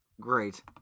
Great